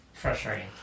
Frustrating